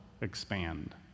expand